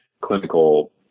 clinical